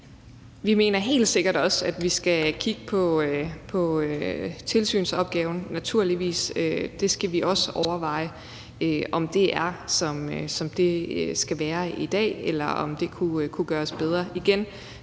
Vi mener helt sikkert også, at vi skal kigge på tilsynsopgaven, naturligvis, det skal vi også overveje, altså om det er, som det skal være i dag, eller om det kunne gøres bedre. Igen